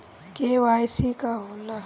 KYC का होला?